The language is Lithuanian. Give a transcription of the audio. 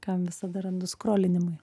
kam visada randu skrolinimui